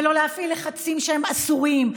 ולא להפעיל לחצים אסורים,